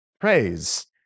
praise